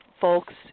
folks